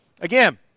again